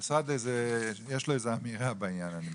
שיש להם אמירה בעניין.